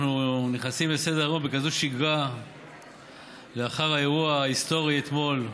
אנחנו נכנסים לסדר-היום בשגרה כזאת לאחר האירוע ההיסטורי אתמול.